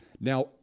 Now